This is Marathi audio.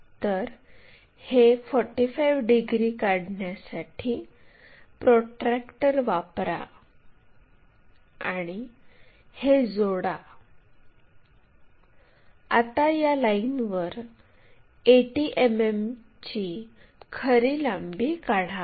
तर हे 45 डिग्री काढण्यासाठी प्रोट्रॅक्टर वापरा आणि हे जोडा आता या लाईनवर 80 मिमीची खरी लांबी काढा